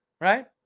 right